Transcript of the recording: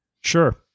Sure